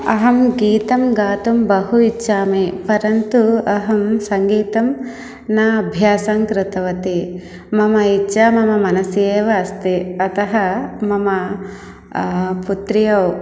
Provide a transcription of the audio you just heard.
अहं गीतं गातुं बहु इच्छामि परन्तु अहं सङ्गीतं न अभ्यासं कृतवती मम इच्छा मम मनसि एव अस्ति अतः मम पुत्र्यौ